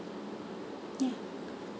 yeah